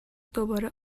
دوباره